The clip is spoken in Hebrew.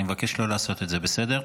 אני מבקש לא לעשות את זה, בסדר?